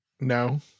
No